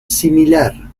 similar